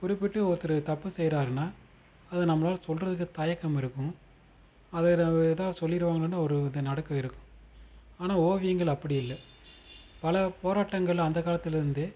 குறிப்பிட்டு ஒருத்தர் தப்பு செய்கிறாருன்னா அதை நம்பளால் சொல்லுறதுக்கு தயக்கம் இருக்கும் அவரை ஏதாவது சொல்லிடுவாங்களோன்னு ஒரு இது நடுக்கம் இருக்கும் ஆனால் ஓவியங்கள் அப்படி இல்லை பல போராட்டங்கள் அந்த காலத்திலிருந்தே